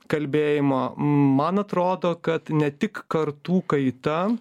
kalbėjimo man atrodo kad ne tik kartų kaita